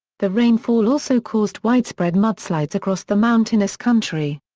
the rainfall also caused widespread mudslides across the mountainous country.